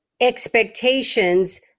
expectations